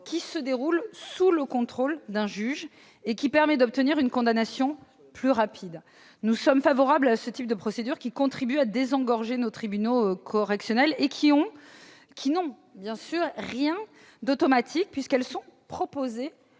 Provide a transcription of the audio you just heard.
se déroule sous le contrôle d'un juge et permet d'obtenir une condamnation plus rapide. Nous sommes favorables à ce type de procédures qui contribuent à désengorger nos tribunaux correctionnels et qui n'ont, bien sûr, rien d'automatique, puisqu'elles sont proposées